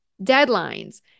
deadlines